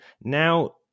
Now